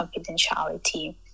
confidentiality